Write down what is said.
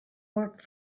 work